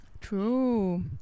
true